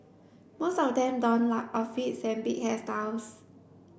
most of them donned loud outfits and big hairstyles